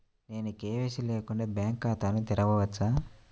నేను కే.వై.సి లేకుండా బ్యాంక్ ఖాతాను తెరవవచ్చా?